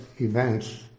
events